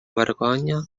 vergonya